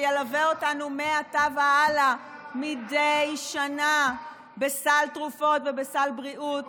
שילווה אותנו מעתה והלאה מדי שנה בסל תרופות ובסל הבריאות.